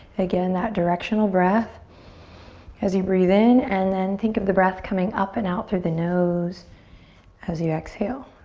again, that directional breath as you breathe in and then think of the breath coming up and out through the nose as you exhale.